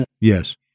yes